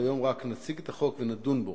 והיום רק נציג את החוק ונדון בו.